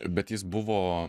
bet jis buvo